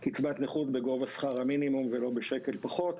קצבת נכות בגובה שכר המינימום ולא בשקל פחות.